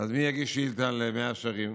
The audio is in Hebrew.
אז מי יגיש שאילתה על מאה שערים?